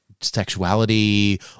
sexuality